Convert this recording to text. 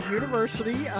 university